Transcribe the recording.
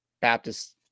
Baptist